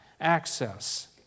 access